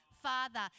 Father